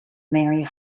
mary